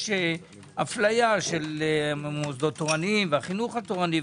יש אפליה של המוסדות התורניים והחינוך תורני,